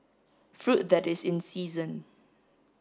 fruit that is in season